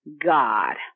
God